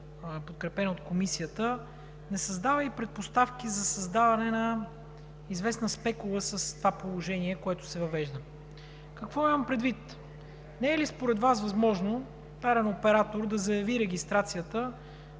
подкрепен от Комисията не създава и предпоставки за създаване на известна спекула с това положение, което се въвежда? Какво имам предвид? Не е ли възможно според Вас даден оператор да заяви регистрацията,